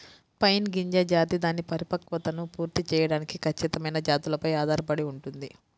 pine గింజ జాతి దాని పరిపక్వతను పూర్తి చేయడానికి ఖచ్చితమైన జాతులపై ఆధారపడి ఉంటుంది